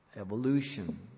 evolution